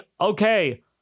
okay